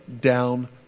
down